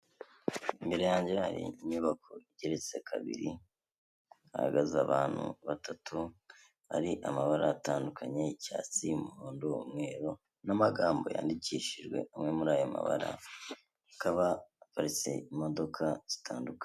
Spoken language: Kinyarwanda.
Imbere yanjye hari inyubako igereretse kabiri, hahagaze abantu batatu, hari amabara atandukanye icyatsi, umuhondo, umweru n'amagambo yandikishijwe amwe muri ayo mabara, hakaba haparitse imodoka zitandukanye.